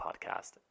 podcast